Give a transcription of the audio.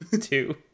two